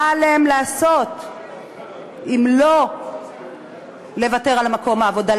מה עליהם לעשות אם לא לוותר על מקום העבודה,